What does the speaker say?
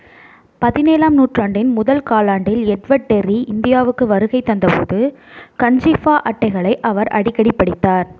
பதினேழாம் நூற்றாண்டின் முதல் காலாண்டில் எட்வர்ட் டெர்ரி இந்தியாவுக்கு வருகை தந்தபோது கஞ்சிஃபா அட்டைகளை அவர் அடிக்கடி படித்தார்